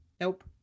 Nope